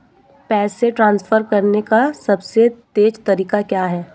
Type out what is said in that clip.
पैसे ट्रांसफर करने का सबसे तेज़ तरीका क्या है?